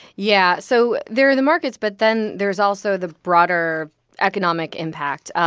yeah. so there are the markets, but then there's also the broader economic impact. ah